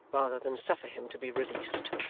rather than suffer him to be released.